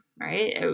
right